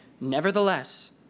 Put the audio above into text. Nevertheless